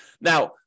Now